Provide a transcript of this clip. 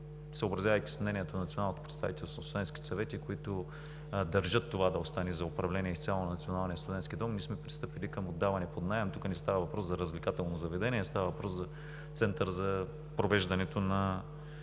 съобразявайки се с мнението на Националното представителство на студентските съвети, които държат това да остане за управление изцяло на Националния студентски дом, ние сме пристъпили към отдаване под наем. Тук не става въпрос за развлекателно заведение, а за център за провеждането на